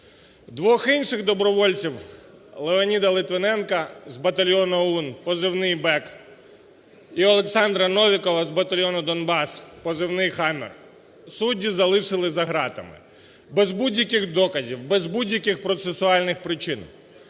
Двох інших добровільців: Леоніда Литвиненка з батальйону ОУН (позивний "Бек") і Олександра Новікова з батальйону "Донбас" (позивний "Хаммер") судді залишили за гратами без будь-яких доказів, без будь-яких процесуальних причин.